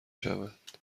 شوند